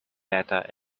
data